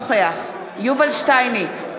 יובל שטייניץ,